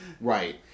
Right